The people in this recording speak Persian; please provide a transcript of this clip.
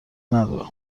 ندارم